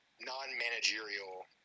non-managerial